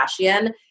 Kardashian